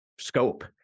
scope